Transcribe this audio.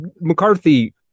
McCarthy